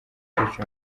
icyo